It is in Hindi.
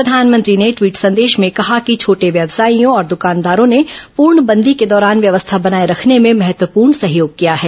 प्रधानमंत्री ने टवीट संदेश में कहा कि छोटे व्यवसायियों और दकानदारों ने पूर्णबंदी के दौरान व्यवस्था बनाये रखने में महत्वपूर्ण सहयोग किया है